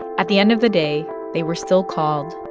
at the end of the day, they were still called.